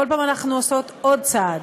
כל פעם אנחנו עושות עוד צעד.